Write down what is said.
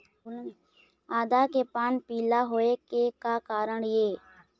आदा के पान पिला होय के का कारण ये?